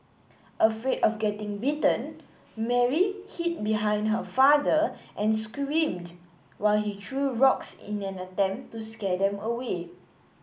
afraid of getting bitten Mary hid behind her father and screamed while he threw rocks in an attempt to scare them away